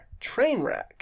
Trainwreck